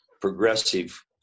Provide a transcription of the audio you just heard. progressive